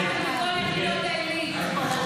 אנחנו רוצים אותם בכל יחידות העילית.